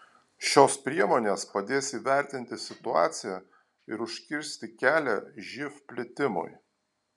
šios priemonės padės įvertinti situaciją ir užkirsti kelią živ plitimui